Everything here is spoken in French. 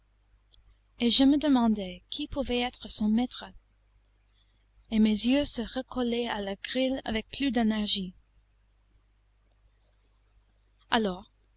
et je me demandais qui pouvait être son maître et mes yeux se recollaient à la grille avec plus d'énergie alors